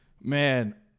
man